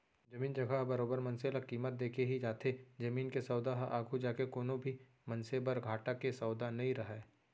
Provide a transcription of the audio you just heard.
जमीन जघा ह बरोबर मनसे ल कीमत देके ही जाथे जमीन के सौदा ह आघू जाके कोनो भी मनसे बर घाटा के सौदा नइ रहय